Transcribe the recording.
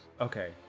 Okay